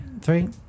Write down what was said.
Three